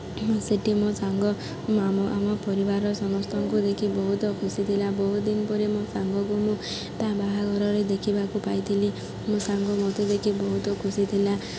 ସେଇଠି ମୋ ସାଙ୍ଗ ଆମ ଆମ ପରିବାରର ସମସ୍ତଙ୍କୁ ଦେଖି ବହୁତ ଖୁସି ଥିଲା ବହୁତ ଦିନ ପରେ ମୋ ସାଙ୍ଗକୁ ମୁଁ ତା ବାହାଘରରେ ଦେଖିବାକୁ ପାଇଥିଲି ମୋ ସାଙ୍ଗ ମୋତେ ଦେଖି ବହୁତ ଖୁସି ଥିଲା